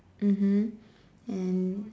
mmhmm and